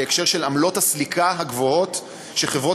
בהקשר של עמלות הסליקה הגבוהות שחברות